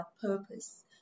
purpose